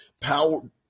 power